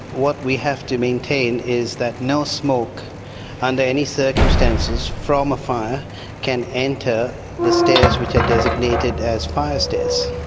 what we have to maintain is that no smoke under any circumstances from a fire can enter the stairs which are designated as fire stairs.